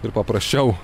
ir paprasčiau